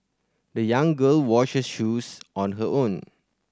the young girl washed her shoes on her own